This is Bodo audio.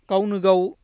गावनो गाव